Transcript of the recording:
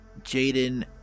Jaden